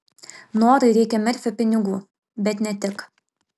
norai reikia merfio pinigų bet ne tik